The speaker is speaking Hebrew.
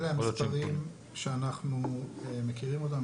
אלה המספרים שאנחנו מכירים אותם,